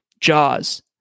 jaws